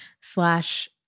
slash